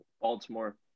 Baltimore